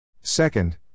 Second